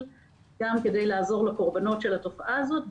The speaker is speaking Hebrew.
גם כדי לעזור לקורבנות של התופעה הזאת.